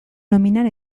nominan